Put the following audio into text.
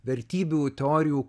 vertybių teorijų